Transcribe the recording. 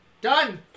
Done